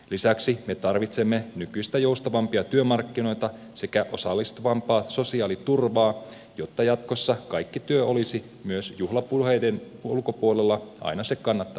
lisäksi me tarvitsemme nykyistä joustavampia työmarkkinoita sekä osallistuvampaa sosiaaliturvaa jotta jatkossa kaikki työ olisi myös juhlapuheiden ulkopuolella aina se kannattavin vaihtoehto